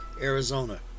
Arizona